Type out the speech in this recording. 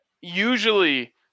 usually